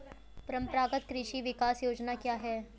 परंपरागत कृषि विकास योजना क्या है?